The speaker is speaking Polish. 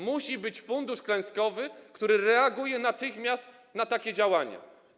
Musi być fundusz klęskowy, który reaguje natychmiast na takie zjawiska.